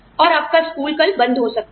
और आपका स्कूल कल बंद हो सकता है